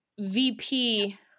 VP